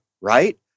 right